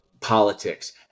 politics